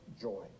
joy